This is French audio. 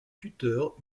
tuteur